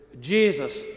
Jesus